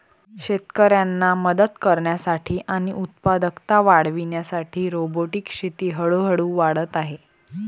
शेतकऱ्यांना मदत करण्यासाठी आणि उत्पादकता वाढविण्यासाठी रोबोटिक शेती हळूहळू वाढत आहे